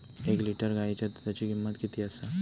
एक लिटर गायीच्या दुधाची किमंत किती आसा?